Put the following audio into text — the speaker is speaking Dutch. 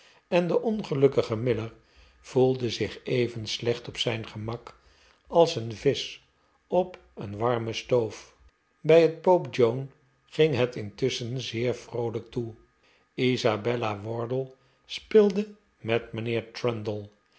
en de ongelukkige miller voelde zich even slecht op zijn gemak als een visch op een warme stoof bij het pope joan ging het intusschen zeer vroolijk toe isabella wardle speelde met mijnheer